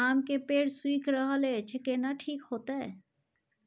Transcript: आम के पेड़ सुइख रहल एछ केना ठीक होतय?